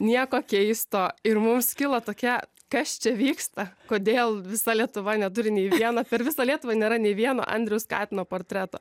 nieko keisto ir mums kilo tokia kas čia vyksta kodėl visa lietuva neturi nei vieno per visą lietuvą nėra nei vieno andriaus katino portreto